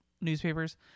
newspapers